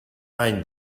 any